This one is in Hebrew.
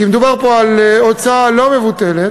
כי מדובר פה על הוצאה לא מבוטלת,